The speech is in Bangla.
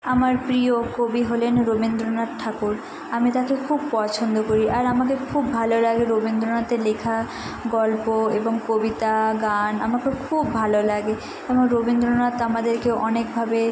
আমার প্রিয় কবি হলেন রবীন্দ্রনাথ ঠাকুর আমি তাকে খুব পছন্দ করি আর আমাদের খুব ভালো লাগে রবীন্দ্রনাথের লেখা গল্প এবং কবিতা গান আমাকে খুব ভালো লাগে আমার রবীন্দ্রনাথ আমাদেরকে অনেকভাবে